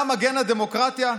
אתה מגן הדמוקרטיה?